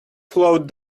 flowed